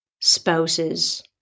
spouses